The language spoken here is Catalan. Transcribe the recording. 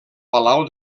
palau